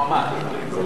מועמד.